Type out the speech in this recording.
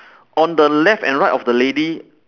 on the left and right of the lady